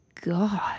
God